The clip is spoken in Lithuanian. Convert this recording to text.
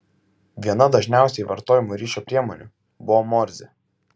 viena dažniausiai vartojamų ryšio priemonių buvo morzė